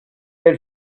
had